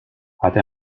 hatte